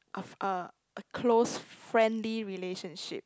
of a a close friendly relationship